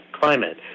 climate